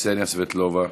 קסניה סבטלובה,